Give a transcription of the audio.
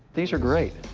these are great.